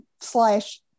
slash